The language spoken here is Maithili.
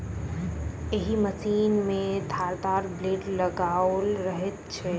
एहि मशीन मे धारदार ब्लेड लगाओल रहैत छै